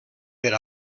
per